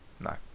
no